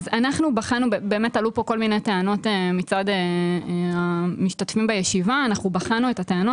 עלו פה כל מיני טענות מצד המשתתפים שבחנו אותן.